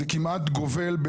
זה כמעט גובל,